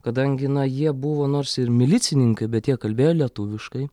kadangi na jie buvo nors ir milicininkai bet jie kalbėjo lietuviškai